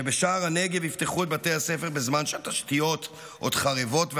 שבשער הנגב יפתחו את בתי הספר בזמן שהתשתיות עוד חרבות והרוסות?